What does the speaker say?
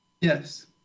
Yes